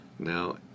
Now